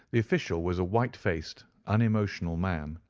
the official was a white-faced unemotional man,